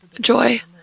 joy